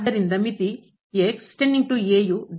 ಆದ್ದರಿಂದ ಮಿತಿ ಮತ್ತು